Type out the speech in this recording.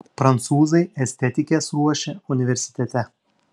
prancūzai estetikes ruošia universitete